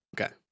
Okay